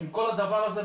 עם כל הדבר הזה.